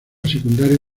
secundaria